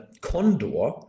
Condor